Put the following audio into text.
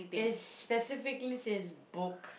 is specifically says book